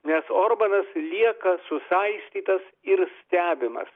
nes orbanas lieka susaistytas ir stebimas